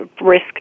risk